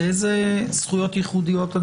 לאיזה זכויות ייחודיות?